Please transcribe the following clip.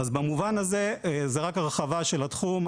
במובן הזה, זוהי רק הרחבה של התחום.